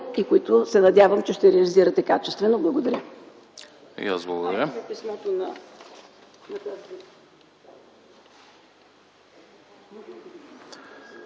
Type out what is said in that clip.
и които се надявам, че ще реализирате качествено. Благодаря.